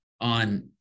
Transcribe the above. on